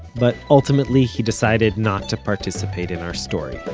but ultimately he decided not to participate in our story